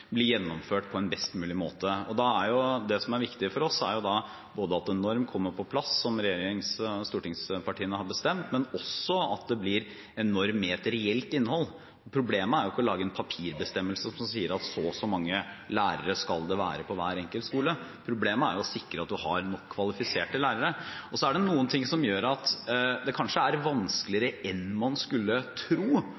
blir gjennomført på en best mulig måte. Det som er viktig for oss, er jo da at en norm kommer på plass som regjeringen og stortingspartiene har bestemt, men også at det blir en norm med et reelt innhold. Problemet er ikke å lage en papirbestemmelse som sier at så og så mange lærere skal det være på hver enkelt skole, problemet er å sikre at du har nok kvalifiserte lærere. Så er det noen ting som gjør at det kanskje er